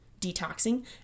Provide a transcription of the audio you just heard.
detoxing